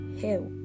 hell